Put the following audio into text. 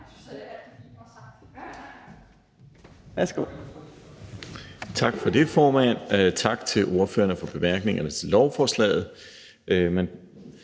Tak for det, formand. Tak til ordførerne for bemærkningerne til lovforslaget.